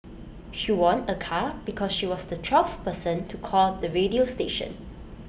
she won A car because she was the twelfth person to call the radio station